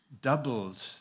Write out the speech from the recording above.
doubled